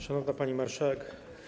Szanowna Pani Marszałek!